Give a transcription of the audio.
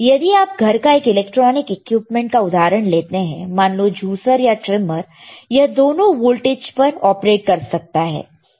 यदि आप घर का एक इलेक्ट्रॉनिक इक्विपमेंट का उदाहरण लेते हैं मान लो जूसर या ट्रीमर यह दोनों वोल्टेज पर ऑपरेट कर सकता है